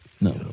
No